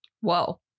Whoa